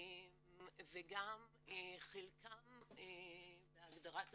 וגם חלקם בהגדרת התפקיד.